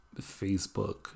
Facebook